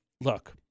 look